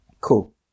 Cool